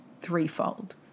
threefold